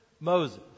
Moses